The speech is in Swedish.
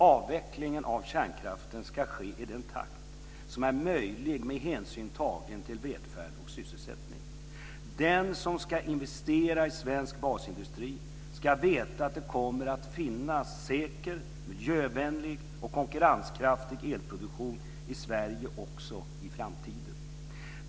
Avvecklingen av kärnkraften ska ske i den takt som är möjlig med hänsyn tagen till välfärd och sysselsättning. Den som ska investera i svensk basindustri ska veta att det kommer att finnas säker, miljövänlig och konkurrenskraftig elproduktion i Sverige också i framtiden.